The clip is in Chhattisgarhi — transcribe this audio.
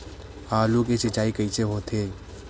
आलू के सिंचाई कइसे होथे?